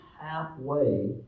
halfway